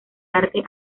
arte